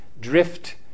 drift